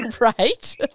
Right